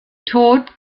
tod